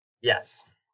Yes